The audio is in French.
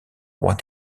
rois